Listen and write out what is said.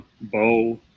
bow